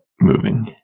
moving